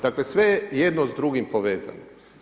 Dakle, sve je jedno s drugim povezano.